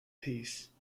piece